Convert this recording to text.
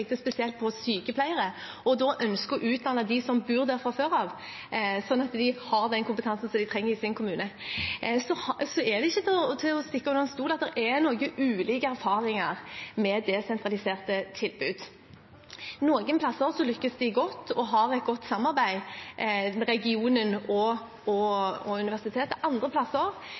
som allerede bor der, sånn at de har den kompetansen de trenger i sin kommune. Så er det ikke til å stikke under stol at det er ulike erfaringer med desentraliserte tilbud. Noen plasser lykkes de godt og har et godt samarbeid med regionen og universitetet. Andre plasser